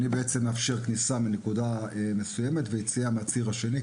אני בעצם מאפשר כניסה מנקודה מסוימת ויציאה מהצד השני,